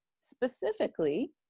specifically